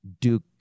Duke